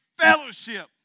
fellowship